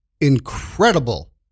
incredible